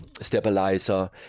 stabilizer